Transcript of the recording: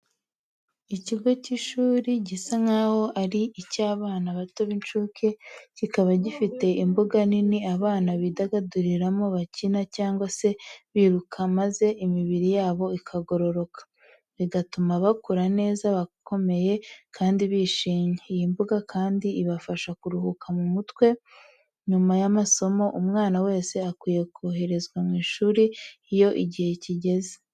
Ikigo cy'ishuri gisa nkaho ari icy'abana bato b'incuke, kikaba gifite imbuga nini abana bidagaduriramo bakina cyangwa se biruka maze imibiri yabo ikagororoka, bigatuma bakura neza bakomeye kandi bishimye, iyi mbuga kandi ibafasha kuruhuka m'umutwe nyuma y'amasomo, umwana wese akwiye koherezwa mu ishuri iyo igihe kigeze.